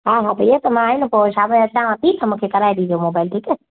हा हा भैया त मां हे न पोइ शाम जो अचांव थी त मूंखे कराए ॾिजो मोबाइल ठीकु आहे